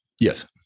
Yes